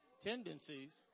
tendencies